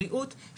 בריאות,